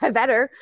better